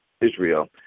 Israel